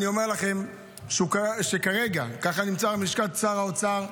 אני אומר לכם שכרגע, כך נמסר מלשכת שר האוצר,